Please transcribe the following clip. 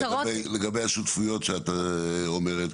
לגבי השותפויות שאת אומרת.